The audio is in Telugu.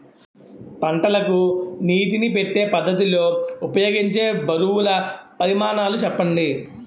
పంటలకు నీటినీ పెట్టే పద్ధతి లో ఉపయోగించే బరువుల పరిమాణాలు చెప్పండి?